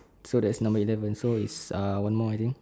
so that's number eleven so it's ah one more already